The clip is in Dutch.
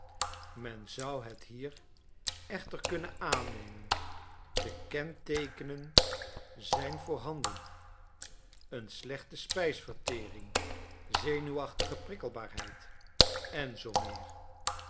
men zou het hier echter kunnen aannemen de kenteekenen zijn voorhanden een slechte spijsvertering zenuwachtige prikkelbaarheid en zoo meer